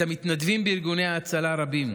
את המתנדבים בארגוני ההצלה הרבים,